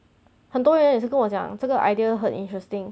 很多人也是跟我讲这个 idea 很 interesting